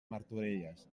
martorelles